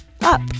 up